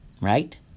right